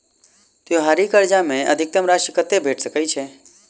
त्योहारी कर्जा मे अधिकतम राशि कत्ते भेट सकय छई?